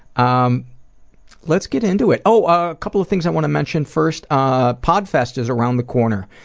um let's get into it. oh, a couple of things i want to mention first, ah podfest is around the corner.